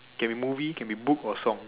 can be movie can be book or song